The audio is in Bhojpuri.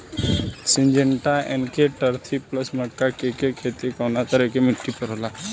सिंजेंटा एन.के थर्टी प्लस मक्का के के खेती कवना तरह के मिट्टी पर होला?